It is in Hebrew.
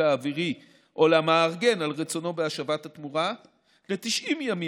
האווירי או למארגן על רצונו בהשבת התמורה ל-90 ימים